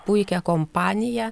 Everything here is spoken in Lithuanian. puikia kompanija